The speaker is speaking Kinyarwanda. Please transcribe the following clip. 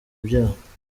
ibyaha